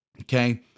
Okay